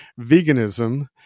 veganism